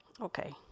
Okay